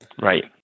Right